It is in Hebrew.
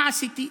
מה עשיתי?